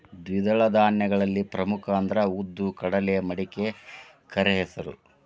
ದ್ವಿದಳ ಧಾನ್ಯಗಳಲ್ಲಿ ಪ್ರಮುಖ ಅಂದ್ರ ಉದ್ದು, ಕಡಲೆ, ಮಡಿಕೆ, ಕರೆಹೆಸರು